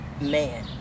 man